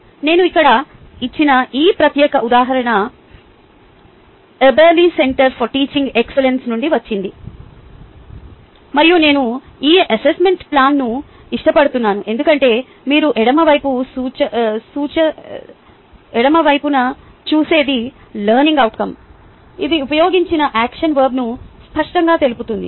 నేను ఇక్కడ ఇచ్చిన ఈ ప్రత్యేక ఉదాహరణ Eberly centre for teaching excellence నుండి వచ్చింది మరియు నేను ఈ అసెస్మెంట్ ప్లాన్ను ఇష్టపడుతున్నాను ఎందుకంటే మీరు ఎడమ వైపున చూసేది లెర్నింగ్ అవుట్కం ఇది ఉపయోగించిన యాక్షన్ వర్బ్ను స్పష్టంగా తెలుపుతుంది